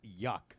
yuck